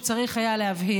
דבר שצריך היה להבהיר.